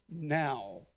Now